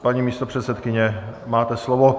Paní místopředsedkyně, máte slovo.